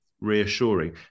reassuring